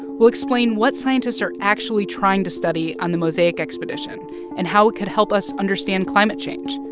we'll explain what scientists are actually trying to study on the mosaic expedition and how it could help us understand climate change.